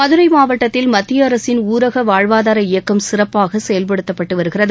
மதுரை மாவட்டத்தில் மத்திய அரசின் ஊரக வாழ்வாதார இயக்கம் சிறப்பாக செயல்படுத்தப்பட்டு வருகிறது